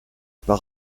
par